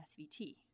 SVT